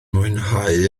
mwynhau